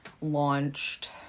launched